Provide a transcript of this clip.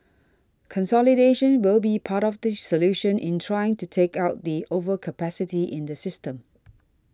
consolidation will be part of the solution in trying to take out the overcapacity in the system